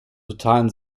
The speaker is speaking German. totalen